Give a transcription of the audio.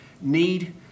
need